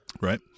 Right